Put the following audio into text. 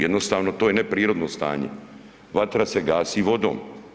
Jednostavno to je neprirodno stanje, vatra se gasi vodom.